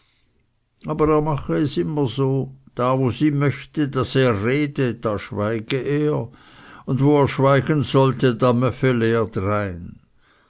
aber er mache es immer so da wo sie möchte daß er rede da schweige er und wo er schweigen sollte da möffele er drein